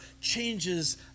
changes